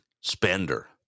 spender